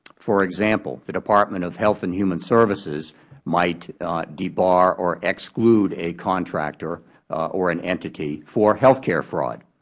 for example, the department of health and human services might debar or exclude a contractor or an entity for health care fraud.